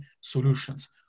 solutions